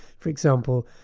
for example,